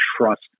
trust